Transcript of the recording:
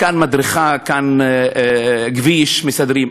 כאן מדרכה, כאן מסדרים כביש.